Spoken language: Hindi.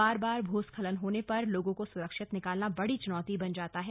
बार बार भूस्खलन होने पर लोगों को सुरक्षित निकालना बड़ी चुनौती बन जाता है